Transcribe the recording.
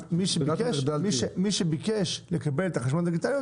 אז מי שביקש לקבל את החשבוניות הדיגיטליות,